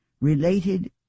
related